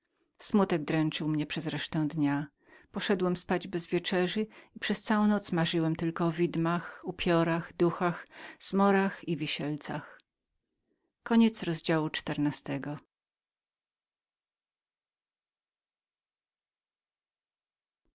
dręczył mnie przez resztę dnia poszedłem spać bez wieczerzy i przez całą noc marzyłem tylko o widmach upiorach duchach zmorach i wisielcach